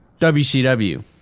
WCW